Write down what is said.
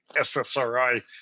SSRI